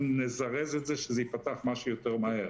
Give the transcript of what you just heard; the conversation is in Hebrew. נזרז את זה כדי שייפתח כמה שיותר מהר.